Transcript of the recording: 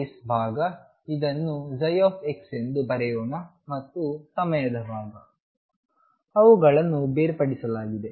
space ಭಾಗ ಇದನ್ನುψ ಎಂದು ಬರೆಯೋಣ ಮತ್ತು ಸಮಯದ ಭಾಗ ಅವುಗಳನ್ನು ಬೇರ್ಪಡಿಸಲಾಗಿದೆ